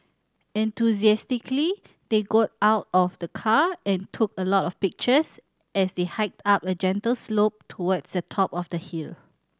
enthusiastically they got out of the car and took a lot of pictures as they hiked up a gentle slope towards the top of the hill